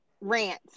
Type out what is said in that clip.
rant